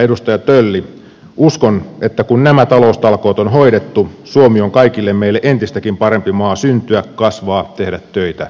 edustaja tölli uskon että kun nämä taloustalkoot on hoidettu suomi on kaikille meille entistäkin parempi maa syntyä kasvaa tehdä töitä ja elää